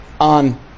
on